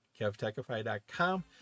kevtechify.com